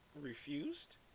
refused